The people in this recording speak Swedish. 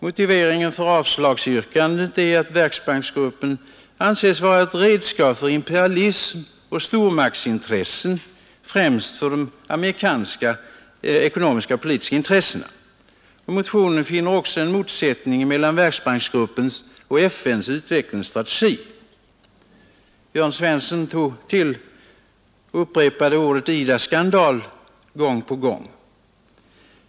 Motiveringen för avslagsyrkandet är att Världsbanksgruppen anses vara ett redskap för imperialism och stormaktsintressen, främst för de amerikanska ekonomiska och politiska intressena. Motionärerna finner också en motsättning mellan Världsbanksgruppen och FN:s utvecklingsstrategi. Jörn Svensson upprepade ordet IDA-skandal gång på gång.